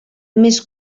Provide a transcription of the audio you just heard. més